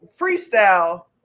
freestyle